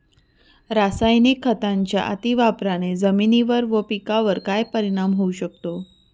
रासायनिक खतांच्या अतिवापराने जमिनीवर व पिकावर काय परिणाम होऊ शकतो?